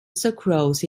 sucrose